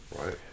Right